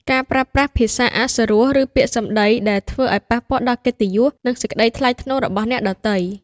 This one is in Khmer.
ការប្រើប្រាស់ភាសាអសុរោះ ឬពាក្យសម្ដីដែលធ្វើឲ្យប៉ះពាល់ដល់កិត្តិយស និងសេចក្ដីថ្លៃថ្នូររបស់អ្នកដទៃ។